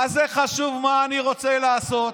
מה זה חשוב מה אני רוצה לעשות?